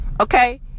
okay